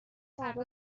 فردا